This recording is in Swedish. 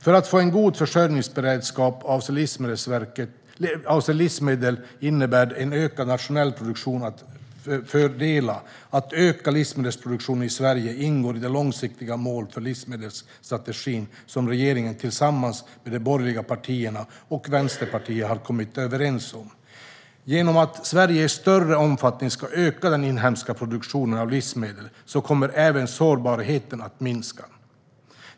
För att få en god försörjningsberedskap avseende livsmedel innebär en ökad nationell produktion fördelar. Att öka livsmedelsproduktionen i Sverige ingår i de långsiktiga mål för livsmedelsstrategin som regeringen tillsammans med de borgerliga partierna och Vänsterpartiet har kommit överens om. Genom att Sverige i större omfattning ska öka den inhemska produktionen av livsmedel kommer även sårbarheten att minska.